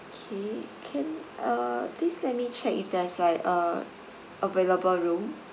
K can uh please let me check if there's like uh available room